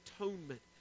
atonement